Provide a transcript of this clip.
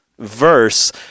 verse